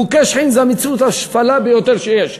מוכה שחין זו המציאות השפלה ביותר שיש,